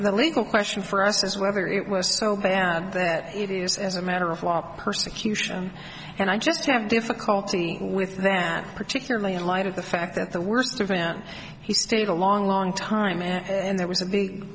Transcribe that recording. quote the legal question for us is whether it was so bad that it is as a matter of law persecution and i just have difficulty with that particularly in light of the fact that the worst of man he stayed a long long time and there was a big